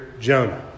Jonah